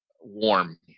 warm